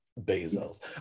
Bezos